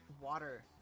water